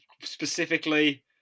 Specifically